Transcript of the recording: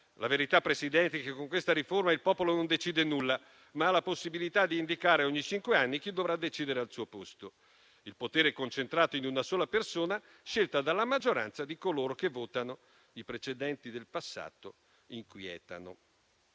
La verità, Presidente, è che con questa riforma il popolo non decide nulla, ma ha la possibilità di indicare ogni cinque anni chi dovrà decidere al suo posto. Il potere è concentrato in una sola persona scelta dalla maggioranza di coloro che votano. I precedenti del passato inquietano.